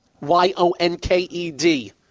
Y-O-N-K-E-D